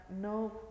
no